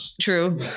True